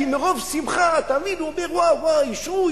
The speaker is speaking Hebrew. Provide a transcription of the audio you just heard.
כי מרוב שמחה תמיד הוא אומר: אישרו,